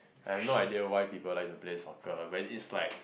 I have no idea why people like to play soccer when it's like